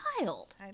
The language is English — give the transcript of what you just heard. wild